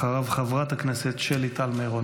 אחריו, חברת הכנסת שלי טל מירון.